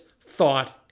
thought